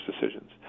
decisions